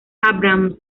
abrams